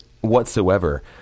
whatsoever